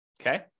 okay